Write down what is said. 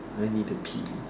I need to pee